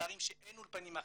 בערים שאין אולפנים אחרים.